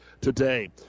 today